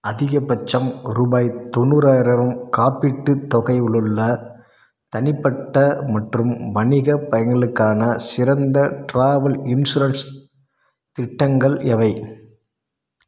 அதிகபட்சம் ரூபாய் தொண்ணூறாயிரம் காப்பீட்டுத் தொகை உள்ள தனிப்பட்ட மற்றும் வணிகப் பயணங்களுக்கான சிறந்த ட்ராவல் இன்சூரன்ஸ் திட்டங்கள் எவை